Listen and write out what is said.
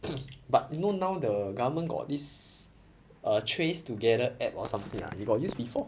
but you know now the government got this err trace together app or something ah you got use before